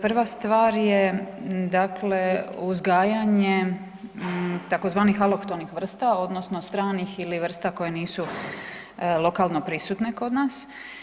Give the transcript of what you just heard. Prva stvar je dakle uzgajanje tzv. alohtonih vrsta odnosno stranih ili vrsta koje nisu lokalno prisutne kod nas.